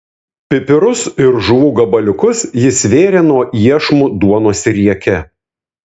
pipirus ir žuvų gabaliukus jis vėrė nuo iešmų duonos rieke